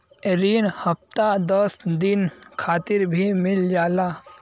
रिन हफ्ता दस दिन खातिर भी मिल जाला